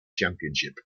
championship